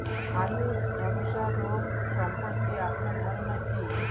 আলু ধ্বসা রোগ সম্পর্কে আপনার ধারনা কী?